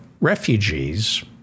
refugees